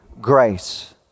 Grace